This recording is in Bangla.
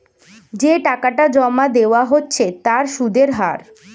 যে টাকাটা জমা দেওয়া হচ্ছে তার সুদের হার